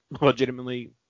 legitimately